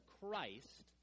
Christ